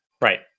Right